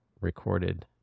recorded